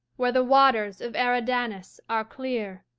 where the waters of eridanus are clear,